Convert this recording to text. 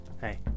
hey